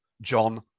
John